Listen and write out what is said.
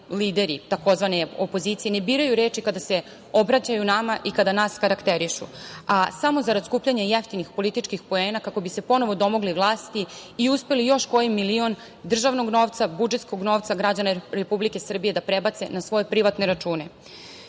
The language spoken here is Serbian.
lideri tzv. "opozicije" ne biraju reči kada se obraćaju nama i kada nas karakterišu, a samo zarad skupljanja jeftinih političkih poena kako bi se ponovo domogli vlasti i uspeli još koji milion državnog novca, budžetskog novca građana Republike Srbije da prebace na svoje privatne račune,